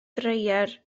dreier